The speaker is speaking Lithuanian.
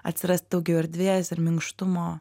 atsiras daugiau erdvės ir minkštumo